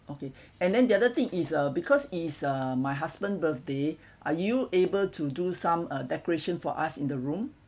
okay and then the other thing is uh because is uh my husband's birthday are you able to do some uh decoration for us in the room